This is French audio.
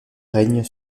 règne